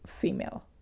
female